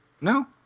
No